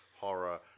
horror